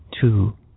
two